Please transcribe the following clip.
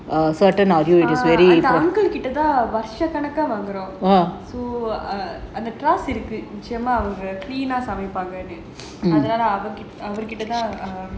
அந்த கிட்ட தான் வருஷ கணக்கா வாங்குறோம் அந்த இருக்கு நிச்சயம் அவங்க சமைப்பாங்கன்னு அதுனால அவருகிட்டதான்:antha kitta thaan varusha kanakaa vaangurom antha irukku nichayam avanga samaipaanganu athunaala avarukitta thaan